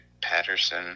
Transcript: Patterson